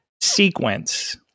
sequence